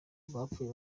bapfuye